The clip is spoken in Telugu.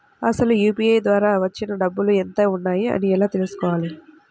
అసలు యూ.పీ.ఐ ద్వార వచ్చిన డబ్బులు ఎంత వున్నాయి అని ఎలా తెలుసుకోవాలి?